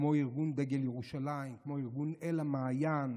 כמו ארגון דגל ירושלים, כמו ארגון אל המעיין,